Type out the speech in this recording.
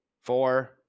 four